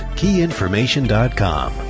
keyinformation.com